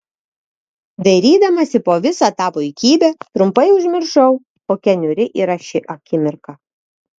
dairydamasi po visą tą puikybę trumpai užmiršau kokia niūri yra ši akimirka